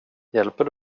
hjälper